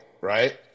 Right